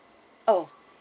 oh